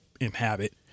inhabit